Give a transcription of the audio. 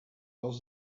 was